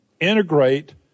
integrate